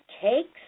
cakes